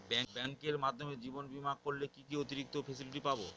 ব্যাংকের মাধ্যমে জীবন বীমা করলে কি কি অতিরিক্ত ফেসিলিটি পাব?